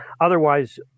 otherwise